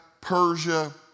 Persia